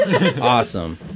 Awesome